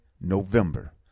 November